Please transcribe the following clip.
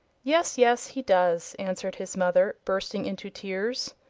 yes, yes, he does, answered his mother, bursting into tears.